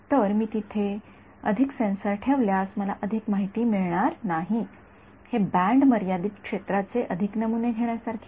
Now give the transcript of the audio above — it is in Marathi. तर मी तेथे अधिक सेन्सर ठेवल्यास मला अधिक माहिती मिळणार नाही हे बँड मर्यादित क्षेत्राचे अधिक नमुने घेण्यासारखे आहे